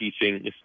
teaching